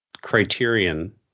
Criterion